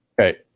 Okay